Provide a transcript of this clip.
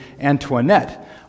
Antoinette